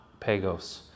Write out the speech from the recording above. Pagos